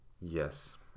yes